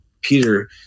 Peter